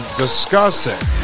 discussing